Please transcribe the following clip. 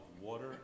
water